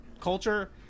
culture